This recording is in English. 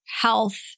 health